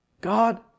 God